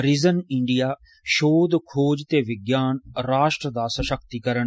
resign India शोध खोज ते विाान राश्ट्र दा शक्तिकरण